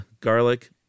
garlic